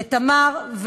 לתמר,